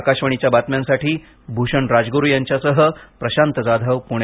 आकाशवाणीच्या बातम्यांसाठी भूषण राजगुरू यांच्यासह प्रशांत जाधव पुणे